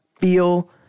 feel